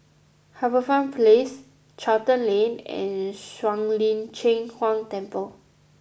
HarbourFront Place Charlton Lane and Shuang Lin Cheng Huang Temple